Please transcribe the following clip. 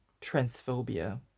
transphobia